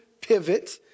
pivot